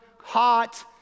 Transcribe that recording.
hot